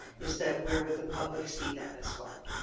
is that where would the public see that as well.